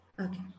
Okay